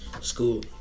school